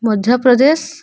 Madhya Pradesh